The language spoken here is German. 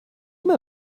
mal